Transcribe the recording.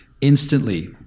instantly